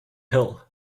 hill